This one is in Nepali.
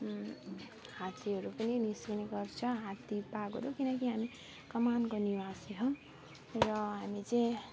हात्तीहरू पनि निस्किने गर्छ हात्ती बाघहरू किनकि हामी कमानको निवासी हो र हामी चाहिँ